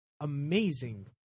amazing